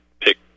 pick